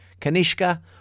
Kanishka